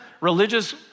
religious